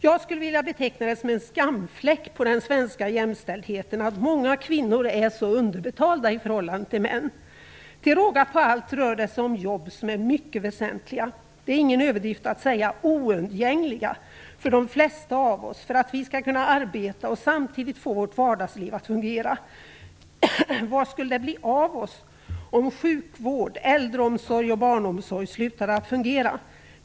Jag skulle vilja beteckna det som en skamfläck på den svenska jämställdheten att många kvinnor är så underbetalda i förhållande till män. Till råga på allt rör det sig om jobb som är mycket väsentliga. Det är ingen överdrift att säga att de är oundgängliga för de flesta av oss för att vi skall kunna arbeta och samtidigt få vårt vardagsliv att fungera. Vad skulle det bli av oss om sjukvård, äldreomsorg och barnomsorg slutade att fungera?